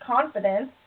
confidence